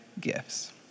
gifts